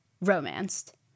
romanced